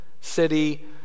city